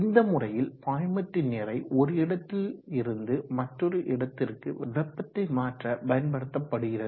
இந்த முறையில் பாய்மத்தின் நிறை ஒரு இடத்தில் இருந்து மற்றொரு இடத்திற்கு வெப்பத்தை மாற்ற பயன்படுத்தபடுகிறது